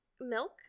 milk